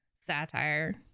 satire